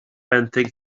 benthyg